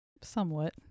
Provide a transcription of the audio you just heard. somewhat